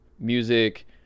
music